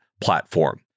platform